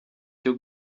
cyo